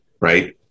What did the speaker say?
right